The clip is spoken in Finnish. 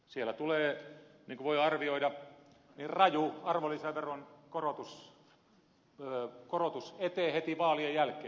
siellä tulee niin kuin voi arvioida raju arvonlisäveron korotus eteen heti vaalien jälkeen